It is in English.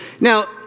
Now